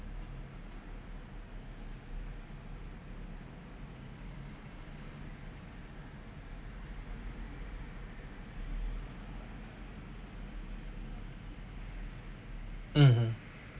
um hmm